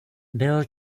byl